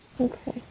Okay